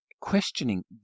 questioning